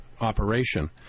operation